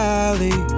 Valley